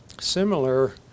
similar